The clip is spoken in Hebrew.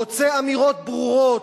רוצה אמירות ברורות,